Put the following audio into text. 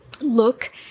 look